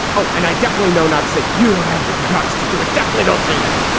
oh, and i definitely know not say you don't have the guts to do it. definitely don't say that.